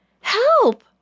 Help